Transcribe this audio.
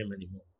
anymore